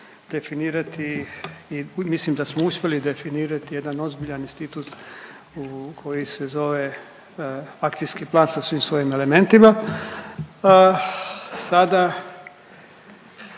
definirati i mislim da smo uspjeli definirati jedan ozbiljan institut koji se zove Akcijski plan sa svim svojim elementima. Sada